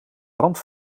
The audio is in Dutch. rand